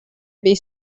bija